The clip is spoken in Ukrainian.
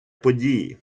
події